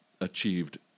achieved